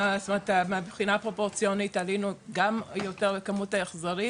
מהבחינה הפרופורציונית עלינו גם ביותר בכמות ההחזרים